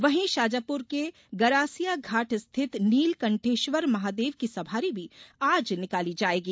वहीं शाजापुर के गरासिया घाट स्थित नीलकंठेश्वर महादेव की सवारी भी आज निकाली जायेगी